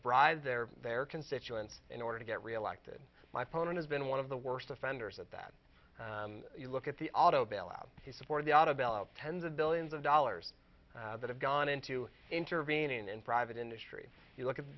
bribe their their constituents in order to get reelected my phone has been one of the worst offenders at that you look at the auto bailout he supported the auto bailout tens of billions of dollars that have gone into intervening in private industry you look at the